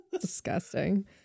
disgusting